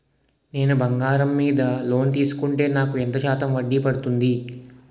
నేను బంగారం మీద లోన్ తీసుకుంటే నాకు ఎంత శాతం వడ్డీ పడుతుంది?